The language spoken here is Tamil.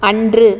அன்று